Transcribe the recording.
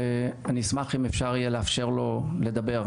ואני אשמח אם אפשר יהיה לאפשר לו לדבר,